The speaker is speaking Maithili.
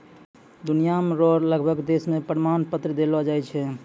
दुनिया रो लगभग देश मे प्रमाण पत्र देलो जाय छै